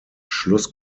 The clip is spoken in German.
schluss